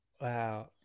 Wow